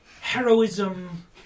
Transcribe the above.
heroism